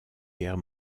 guerre